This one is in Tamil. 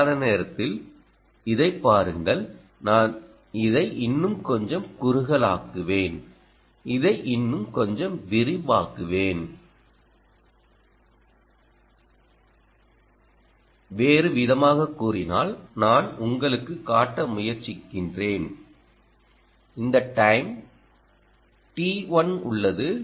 சரியான நேரத்தில் இதைப் பாருங்கள் நான் இதை இன்னும் கொஞ்சம் குறுகலாக்குவேன் இதை இன்னும் கொஞ்சம் விரிவாக்குவேன் வேறுவிதமாகக் கூறினால் நான் உங்களுக்குக் காட்ட முயற்சிக்கிறேன் இந்த டைம் t 1 உள்ளது